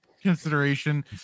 consideration